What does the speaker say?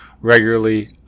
regularly